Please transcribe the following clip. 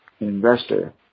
investor